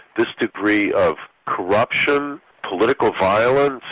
this degree of corruption, political violence,